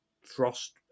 frost